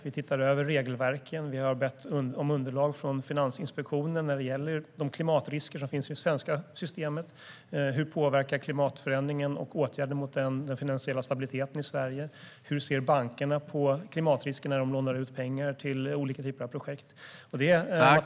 Vi ser över regelverken och har bett om underlag från Finansinspektionen när det gäller de klimatrisker som finns i det svenska systemet. Hur påverkas den finansiella stabiliteten i Sverige av klimatförändringen och åtgärder mot den? Hur ser bankerna på klimatrisker när de lånar ut pengar till olika typer av projekt?